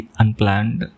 unplanned